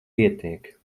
pietiek